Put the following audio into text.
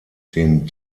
den